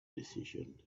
decision